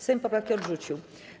Sejm poprawki odrzucił.